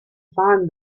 find